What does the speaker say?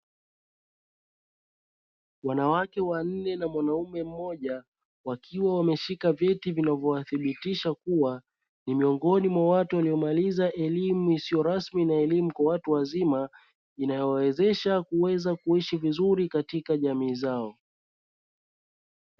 Wanawake wanne na mwanaume mmoja wakiwa wameshika vyeti vinavyowathibitisha kuwa ni miongoni mwa watu, waliomaliza elimu isiyo rasmi na elimu kwa wayu wazima, inayowawezesha kuweza kuishi vizuri katika jamii zao.